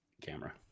camera